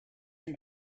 him